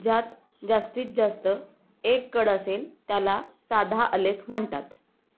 ज्यात जास्तीत जास्त एक कड असेल त्याला साधा आलेख म्हणतात